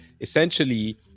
essentially